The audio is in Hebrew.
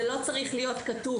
זה לא צריך להיות כתוב,